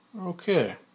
Okay